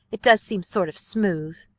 it does seem sort of smooth.